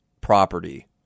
property